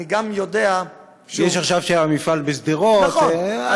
אני גם יודע, יש עכשיו המפעל בשדרות, נכון.